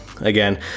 Again